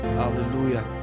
hallelujah